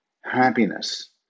happiness